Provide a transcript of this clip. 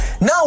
Now